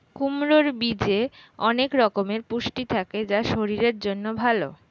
কুমড়োর বীজে অনেক রকমের পুষ্টি থাকে যা শরীরের জন্য ভালো